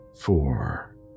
four